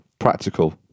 practical